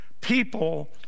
people